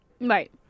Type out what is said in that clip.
right